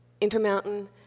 Intermountain